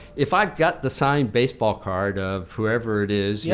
if i've got the signed baseball card of whoever it is, yeah